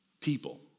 people